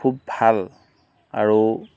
খুব ভাল আৰু